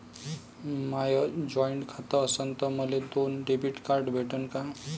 माय joint खातं असन तर मले दोन डेबिट कार्ड भेटन का?